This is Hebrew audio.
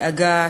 דאגה,